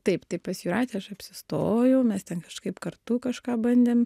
taip taip pas jūratę aš apsistojau mes ten kažkaip kartu kažką bandėm